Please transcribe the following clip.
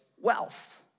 wealth